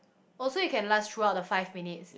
oh so you can last throughout the five minutes